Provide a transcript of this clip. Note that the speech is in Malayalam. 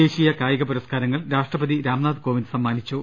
ദേശീയ കായിക പുരസ്കാരങ്ങൾ രാഷ്ട്രപതി രാംനാഥ് കോവിന്ദ് സമ്മാനിച്ചു